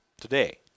today